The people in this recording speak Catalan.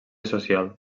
social